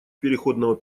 переходного